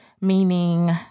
Meaning